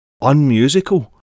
unmusical